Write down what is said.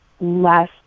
less